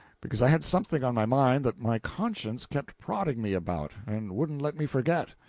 because i had something on my mind that my conscience kept prodding me about, and wouldn't let me forget.